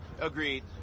Agreed